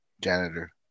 Janitor